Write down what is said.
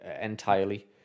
entirely